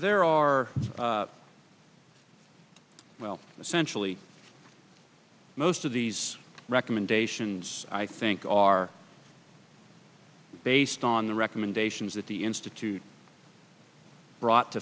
there are well essentially most of these recommendations i think are based on the recommendations that the institute brought to